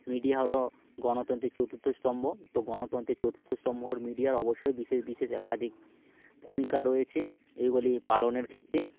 media হল গণতন্ত্রের চতুর্থ স্তম্ভ তো গণতন্ত্রের চতুর্থ স্তম্ভর মিডিয়ার অবশ্যই বিশেষ বিশেষ একাধিক ভূমিকা রয়েছে এইগুলি পালনের ক্ষেত্রে